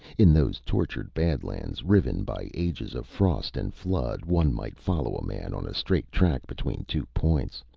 in those tortured badlands, riven by ages of frost and flood, one might follow a man on a straight track between two points.